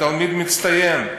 תלמיד מצטיין,